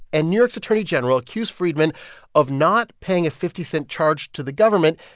and new york's attorney general accused friedman of not paying a fifty cent charge to the government,